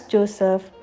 Joseph